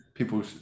People